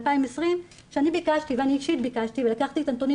2020 שאישית ביקשתי ולקחתי את הנתונים